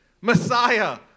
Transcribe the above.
Messiah